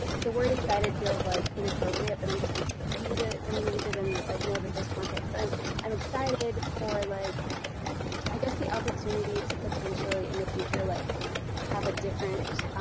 the word excited feels like inappropriate, but i'm just, use it, i'm gonna use it and like know that there's context but i'm i'm excited for like i guess the opportunity to potentially in the future like have a different